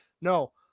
no